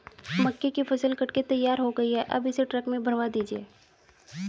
मक्के की फसल कट के तैयार हो गई है अब इसे ट्रक में भरवा दीजिए